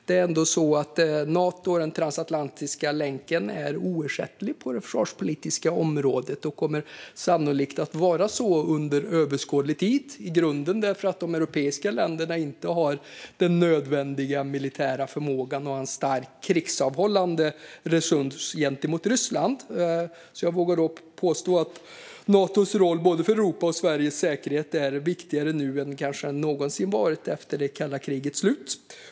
Det är ändå så att Nato och den transatlantiska länken är oersättliga på det försvarspolitiska området och sannolikt kommer att vara så under överskådlig tid i grunden, eftersom de europeiska länderna inte har den nödvändiga militära förmågan och en stark krigsavhållande förmåga gentemot Ryssland. Jag vågar påstå att Natos roll för både Europas och Sveriges säkerhet nu är viktigare än den kanske någonsin har varit efter kalla krigets slut.